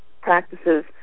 practices